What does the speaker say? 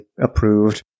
approved